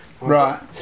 Right